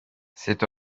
c’est